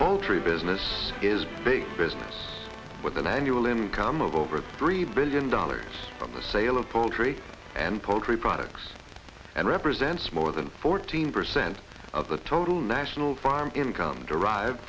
poultry business is big business with an annual income of over three billion dollars from the sale of poultry and poultry products and represents more than fourteen percent of the total national farm income derived